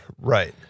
Right